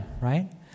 right